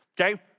okay